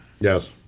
Yes